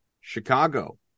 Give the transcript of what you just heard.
chicago